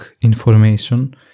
information